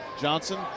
Johnson